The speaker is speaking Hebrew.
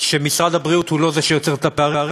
שמשרד הבריאות אינו זה שיוצר את הפערים,